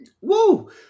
Woo